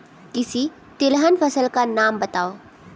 किसी तिलहन फसल का नाम बताओ